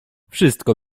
wszystko